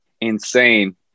insane